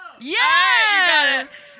Yes